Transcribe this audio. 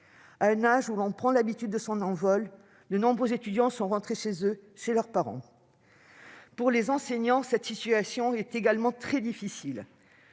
À un âge où, d'habitude, l'on prend son envol, de nombreux étudiants sont rentrés chez leurs parents. Pour les enseignants, cette situation est également très difficile.